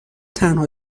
تنها